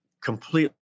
completely